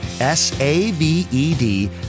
S-A-V-E-D